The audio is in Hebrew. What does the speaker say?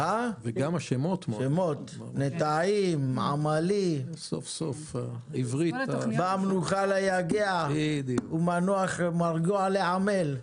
יפה: נטעים, עמלי, באה מנוחה ליגע ומרגוע לעמל.